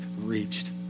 reached